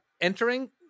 entering